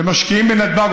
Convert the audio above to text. ומשקיעים בנתב"ג,